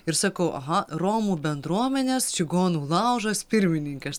ir sakau aha romų bendruomenės čigonų laužas pirmininkas